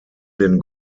den